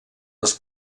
les